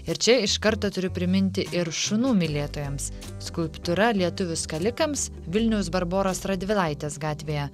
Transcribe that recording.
ir čia iš karto turiu priminti ir šunų mylėtojams skulptūra lietuvių skalikams vilniaus barboros radvilaitės gatvėje